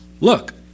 Look